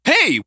Hey